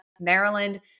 Maryland